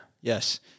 Yes